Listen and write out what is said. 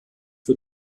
für